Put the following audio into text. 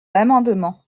l’amendement